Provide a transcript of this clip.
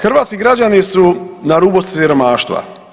Hrvatski građani su na rubu siromaštva.